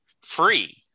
free